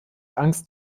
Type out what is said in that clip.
angst